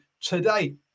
today